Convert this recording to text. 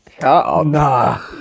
Nah